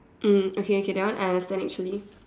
mm okay okay that one I understand actually